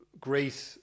great